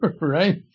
right